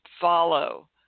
follow